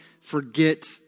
forget